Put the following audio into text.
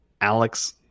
Alex